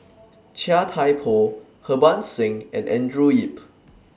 Chia Thye Poh Harbans Singh and Andrew Yip